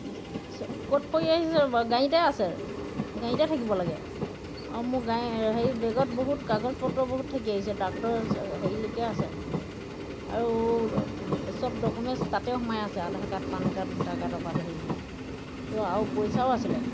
ক'ত পৰি আহিছে ৰ'বা গাড়ীতে আছে গাড়ীতে থাকিব লাগে অঁ মোৰ গাড়ী হেৰিত বেগত বহুত কাগজ পত্ৰ বহুত থাকি আহিছে ডাক্তৰ হেৰিলৈকে আছে আৰু চব ডকুমেণ্টছ তাতে সোমাই আছে Aadhaar card PAN card voter কাৰ্ডৰপৰা ধৰি চব আৰু পইচাও আছিলে